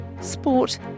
sport